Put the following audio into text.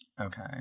Okay